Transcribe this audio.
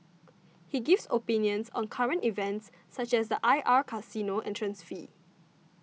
he gives opinions on current events such as the I R casino entrance fee